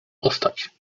postać